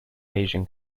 asian